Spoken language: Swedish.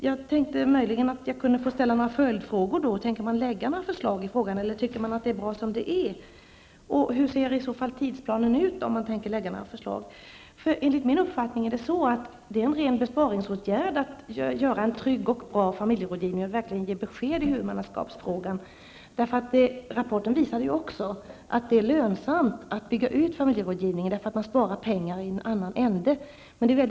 Jag skulle vilja ställa några följdfrågor. Tänker regeringen lägga fram några förslag i frågan, eller tycker man att det är bra som det är? Om regeringen tänker lägga fram några förslag, hur ser tidsplanen ut? Enligt min uppfattning är det en ren besparingsåtgärd att ha en trygg och bra familjerådgivning. Det behövs verkligen besked i huvudmannaskapsfrågan. Rapporten visade också att det är lönsamt att bygga ut familjerådgivningen. Man sparar pengar i en annan ände så att säga.